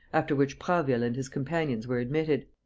after which prasville and his companions were admitted.